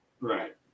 Right